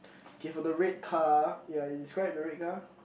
okay for the red car ya describe the red car